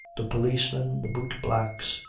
the policemen, the boot-blacks,